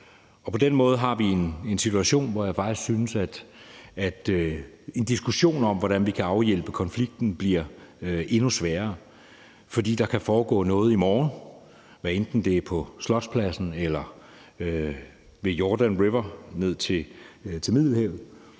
På den måde har vi en situation, hvor jeg bare synes, at en diskussion om, hvordan vi kan afhjælpe konflikten, bliver endnu sværere, fordi der kan ske eller foregå noget i morgen, hvad enten det er på Slotspladsen eller ved Jordan River og ned til Middelhavet,